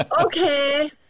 Okay